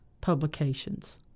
publications